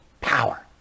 power